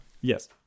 Yes